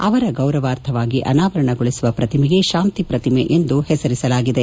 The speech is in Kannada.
ಅವರ ಗೌರವಾರ್ಥವಾಗಿ ಅನಾವರಣಗೊಳಿಸುವ ಪ್ರತಿಮೆಗೆ ಶಾಂತಿ ಪ್ರತಿಮೆ ಎಂದು ಹೆಸರಿಸಲಾಗಿದೆ